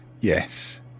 Yes